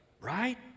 Right